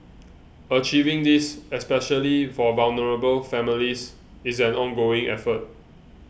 achieving this especially for vulnerable families is an ongoing effort